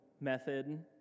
method